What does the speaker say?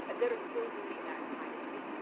and that are still doing that kind of thing,